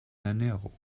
ernährung